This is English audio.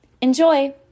Enjoy